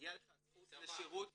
שמגיעה הזכות לשירות בשפתך.